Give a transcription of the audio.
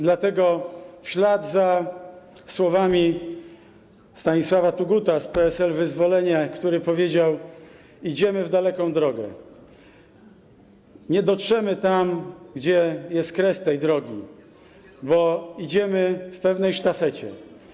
Dlatego w ślad za słowami Stanisława Thugutta z PSL „Wyzwolenie”, który powiedział: „Idziemy w daleką drogę, nie dotrzemy tam, gdzie jest kres tej drogi, bo idziemy w pewnej sztafecie.